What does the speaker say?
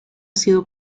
sido